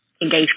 engage